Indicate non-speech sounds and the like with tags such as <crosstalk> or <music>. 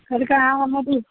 <unintelligible>